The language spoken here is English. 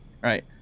Right